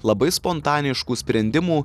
labai spontaniškų sprendimų